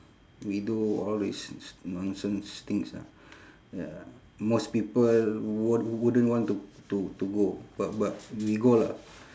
we do all these these nonsense things ah ya most people won't wouldn't want to to to go but but we go lah